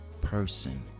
person